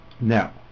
Now